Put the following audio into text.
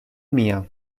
mia